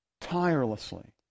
tirelessly